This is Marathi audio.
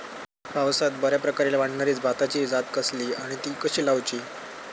पावसात बऱ्याप्रकारे वाढणारी भाताची जात कसली आणि ती कशी लाऊची?